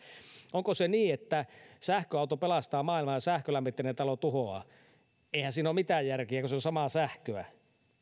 onko se niin että sähköauto pelastaa maailman ja sähkölämmitteinen talo tuhoaa eihän siinä ole mitään järkeä kun se on samaa sähköä